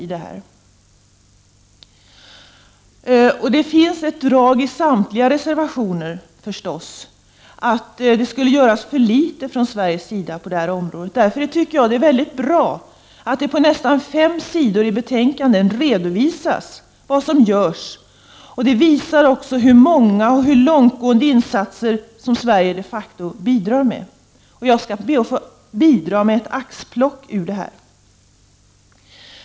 Det finns förstås i samtliga reservationer ett drag som går ut på att det görs för litet av Sverige på detta område. Därför tycker jag att det är mycket bra att det på nästan fem sidor i betänkandet redovisas vad som görs. Det framgår också hur många och hur långt gående insatser som Sverige de facto bidrar med. Jag skall be att få göra ett axplock bland insatserna.